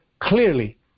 clearly